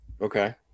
Okay